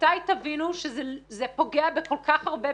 ומתי תבינו שזה פוגע בכל כך הרבה,